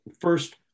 first